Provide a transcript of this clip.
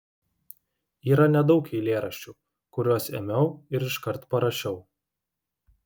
yra nedaug eilėraščių kuriuos ėmiau ir iškart parašiau